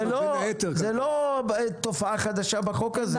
זה לא תופעה חדשה בחוק הזה.